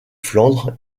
flandre